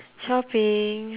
shopping